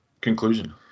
conclusion